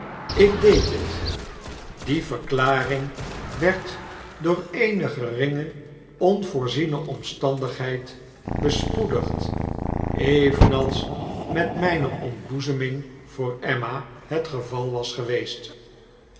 ik deed het die verklaring werd door eene geringe onvoorziene omstandigheid bespoedigd evenals met myne ontboezeming voor emma het geval was geweest